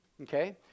Okay